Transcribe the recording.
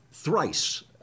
Thrice